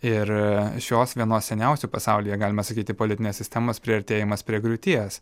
ir šios vienos seniausių pasaulyje galima sakyti politinės sistemos priartėjimas prie griūties